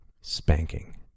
Spanking